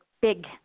big